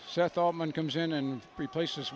settlement comes in and replaces